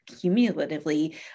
cumulatively